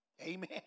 Amen